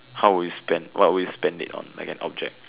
how would you spend what would you spend it on like a object